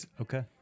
okay